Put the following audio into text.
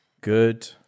good